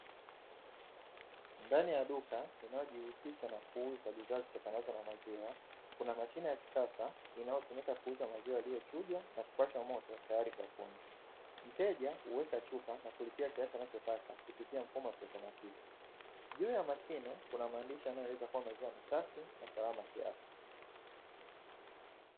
Ndani ya duka linalojihusisha na kuuza bidhaa zitokanazo na maziwa, kuna Mashine ya kisasa inayo tumika kuuza maziwa yaliyo chujwa na kupashwa moto tayari kwa kunywa, mteja huweka chupa na kulipia kiasi anachotaka kupitia mfumo wa kiautomatiki, juu ya mashine kuna maandishi yanayoeleza kuwa maziwa ni safi na salama kiafya.